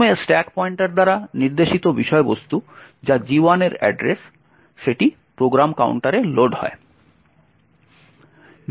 প্রথমে stack pointer দ্বারা নির্দেশিত বিষয়বস্তু যা G1 এর অ্যাড্রেস প্রোগ্রাম কাউন্টারে লোড হয়